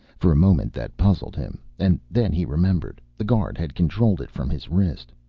for a moment that puzzled him and then he remembered. the guard had controlled it from his wrist.